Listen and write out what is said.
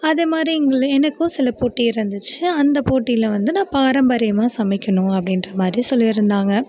அதேமாதிரி எங்கள் எனக்கும் சில போட்டி இருந்துச்சு அந்த போட்டியில் வந்து நான் பாரம்பரியமாக சமைக்கணும் அப்படின்ற மாதிரி சொல்லியிருந்தாங்க